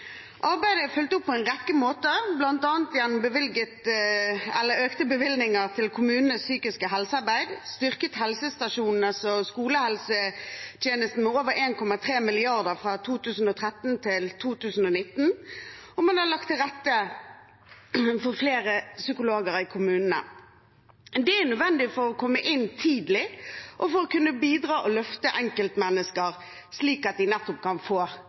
Arbeidet er fulgt opp på en rekke måter, bl.a. gjennom økte bevilgninger til kommunenes psykiske helsearbeid. Skolehelsetjenesten er styrket med over 1,3 mrd. kr fra 2013 til 2019, og vi har lagt til rette for flere psykologer i kommunene. Det er nødvendig å komme inn tidlig for å kunne bidra til å løfte enkeltmennesker, slik at de kan få